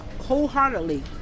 wholeheartedly